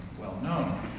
well-known